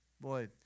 Boy